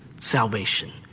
salvation